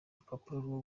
rupapuro